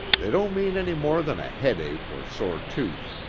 they don't mean any more than a headache or sore tooth.